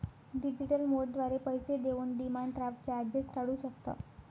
digital मोडद्वारे पैसे देऊन डिमांड ड्राफ्ट चार्जेस टाळू शकता